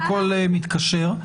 הכול מתקשר.